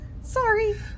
Sorry